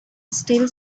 still